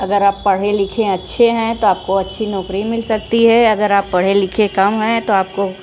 अगर आप पढ़े लिखें अच्छे हैं तो आपको अच्छी नौकरी मिल सकती है अगर आप पढ़े लिखे कम है तो आपको